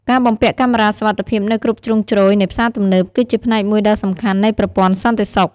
ការបំពាក់កាមេរ៉ាសុវត្ថិភាពនៅគ្រប់ជ្រុងជ្រោយនៃផ្សារទំនើប គឺជាផ្នែកមួយដ៏សំខាន់នៃប្រព័ន្ធសន្តិសុខ។